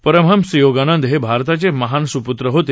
परमहंस योगानंद हे भारताचे महान सुपूत्र होते